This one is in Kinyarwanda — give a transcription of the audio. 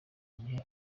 gihe